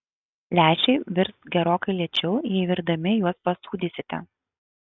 lęšiai virs gerokai lėčiau jei virdami juos pasūdysite